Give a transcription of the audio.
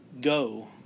go